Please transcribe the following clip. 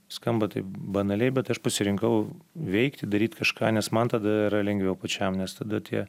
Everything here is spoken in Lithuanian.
skamba taip banaliai bet aš pasirinkau veikti daryt kažką nes man tada yra lengviau pačiam nes tada tie